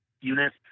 unit